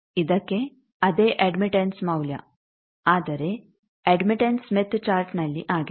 ಇದಕ್ಕೆ ಅದೇ ಅಡ್ಮಿಟೆಂಸ್ ಮೌಲ್ಯ ಆದರೆ ಅಡ್ಮಿಟೆಂಸ್ ಸ್ಮಿತ್ ಚಾರ್ಟ್ನಲ್ಲಿ ಆಗಿದೆ